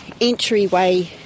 entryway